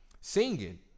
Singing